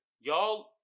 Y'all